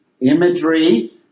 Imagery